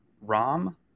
Rom